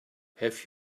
have